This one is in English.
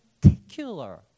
particular